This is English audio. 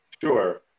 sure